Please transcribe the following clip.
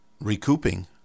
recouping